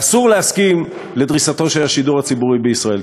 ואסור להסכים לדריסתו של השידור הציבורי בישראל.